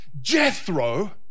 Jethro